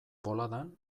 boladan